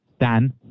Dan